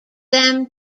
them